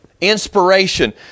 Inspiration